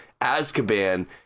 Azkaban